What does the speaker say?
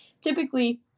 typically